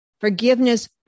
forgiveness